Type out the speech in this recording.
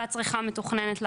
ושל הצריכה המתוכננת לעתיד.